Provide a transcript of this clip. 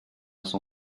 son